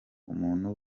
umuntu